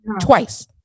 Twice